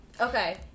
Okay